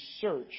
search